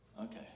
Okay